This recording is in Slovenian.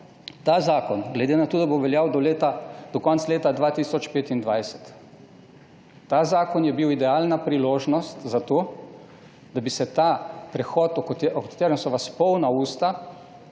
Ta zakon, glede na to da bo veljal do konca leta 2025, je bil idealna priložnost za to, da bi se ta prehod, o katerem so vas polna usta,